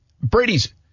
Brady's